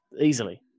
easily